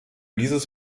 dieses